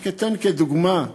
רק אתן דוגמה.